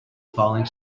falling